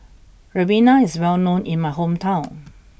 Ribena is well known in my hometown